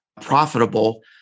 profitable